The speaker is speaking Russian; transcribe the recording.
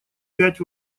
пять